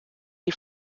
die